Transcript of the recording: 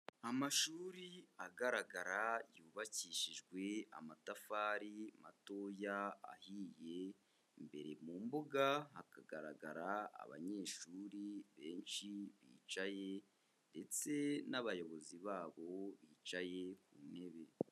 Amashuri agaragara yubakishijwe amatafari matoya ahiye, imbere mu mbuga hakagaragara abanyeshuri benshi bicaye ndetse n'abayobozi babo bicaye ku ntebe.